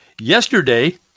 yesterday